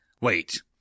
Wait